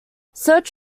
search